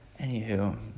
Anywho